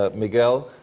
ah miguel.